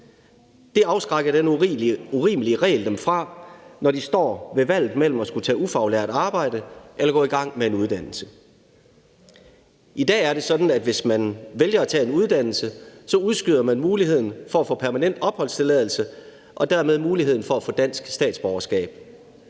Det afskrækker den urimelige regel dem fra, når de står med valget mellem at skulle tage ufaglært arbejde eller gå i gang med en uddannelse. I dag er det sådan, at hvis man vælger at tage en uddannelse, udskyder man muligheden for at få permanent opholdstilladelse og dermed muligheden for at få dansk statsborgerskab.